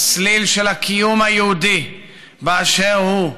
הצליל של הקיום היהודי באשר הוא,